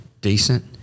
decent